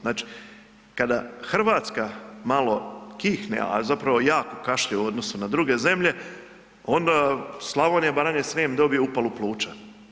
Znači, kada RH malo kihne, a zapravo jako kašlje u odnosu na druge zemlje, onda Slavonija, Baranja i Srijem dobiju upalu pluća.